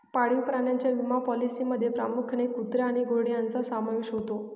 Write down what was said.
पाळीव प्राण्यांच्या विमा पॉलिसींमध्ये प्रामुख्याने कुत्रे आणि घोडे यांचा समावेश होतो